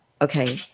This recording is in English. Okay